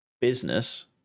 business